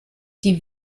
die